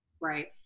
Right